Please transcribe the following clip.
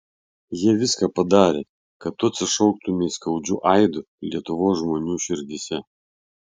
jie viską padarė kad tu atsišauktumei skaudžiu aidu lietuvos žmonių širdyse